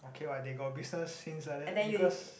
okay what they got business since like that because